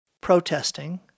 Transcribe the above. protesting